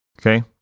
okay